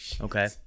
Okay